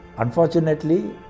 Unfortunately